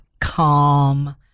calm